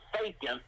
faking